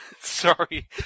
Sorry